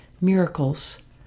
miracles